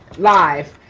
live.